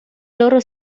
loro